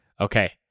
Okay